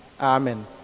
Amen